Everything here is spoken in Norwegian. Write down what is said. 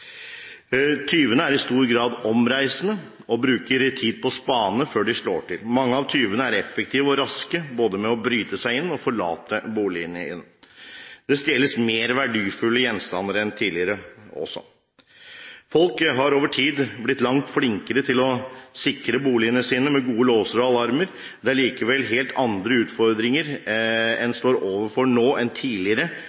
er i stor grad omreisende og bruker tid på å spane før de slår til. Mange av tyvene er effektive og raske, både med å bryte seg inn og med å forlate boligen igjen. Det stjeles også mer verdifulle gjenstander enn tidligere. «Folk har over tid blitt langt flinkere til å sikre boligene sine med gode låser og alarmer. Det er likevel helt andre utfordringer